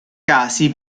casi